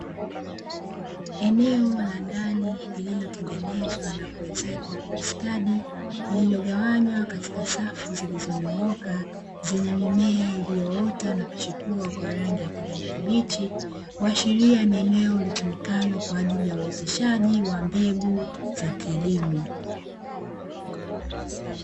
Eneo la ndani lililotengenezwa na kuezekwa kwa ustadi lililogawanywa katika safu zilizonyooka zenye mimea iliyoota na kuchipua kwa rangi ya kijani kibichi huashiria ni eneo litumikalo kwa ajili ya uoteshaji wa mbegu za kilimo.